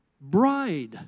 Bride